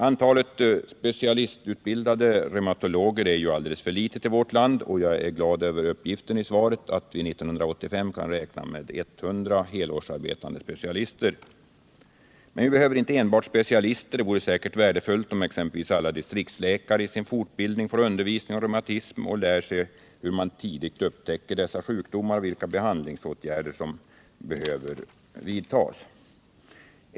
Antalet specialistutbildade reumatologer är alldeles för litet i vårt land, och jag är glad över uppgiften i svaret att vi kan räkna med att år 1985 ha 100 helårsarbetande specialister. Men vi behöver inte enbart specialister. Det vore säkert värdefullt om exempelvis alla distriktsläkare i sin fortbildning får undervisning om reumatism och lär sig hur man tidigt upptäcker dessa sjukdomar och vilka behandlingsåtgärder som behövs.